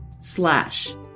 slash